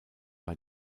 bei